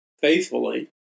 faithfully